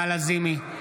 נעמה לזימי,